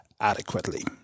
adequately